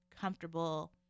comfortable